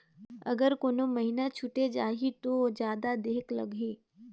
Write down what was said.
अगर कोनो महीना छुटे जाही तो जादा देहेक लगही?